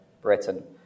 Britain